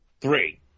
Three